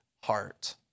heart